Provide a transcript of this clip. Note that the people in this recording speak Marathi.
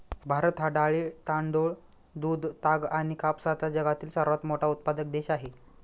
भारत हा डाळी, तांदूळ, दूध, ताग आणि कापसाचा जगातील सर्वात मोठा उत्पादक देश आहे